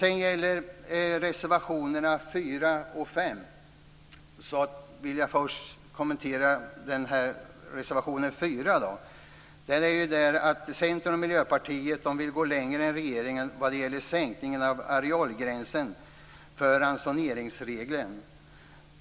Sedan har vi reservationerna 4 och 5, och jag vill först kommentera reservation 4. Centern och Miljöpartiet vill gå längre än regeringen vad gäller sänkningen av arealgränsen för ransoneringsregeln.